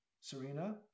Serena